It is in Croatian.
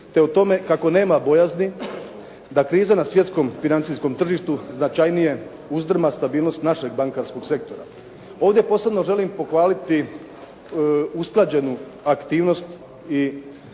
te o tome kako nema bojazni da kriza na svjetskom financijskom tržištu značajnije uzdrma stabilnost našeg bankarskog sektora. Ovdje posebno želim pohvaliti usklađenu aktivnost i